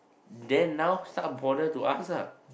then now start bother to ask ah